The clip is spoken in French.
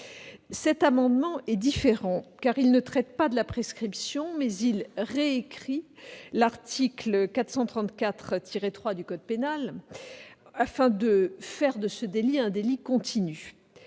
Cet amendement est différent, car il ne traite pas de la prescription, mais il tend à réécrire l'article 434-3 du code pénal afin de faire de ce délit un délit continu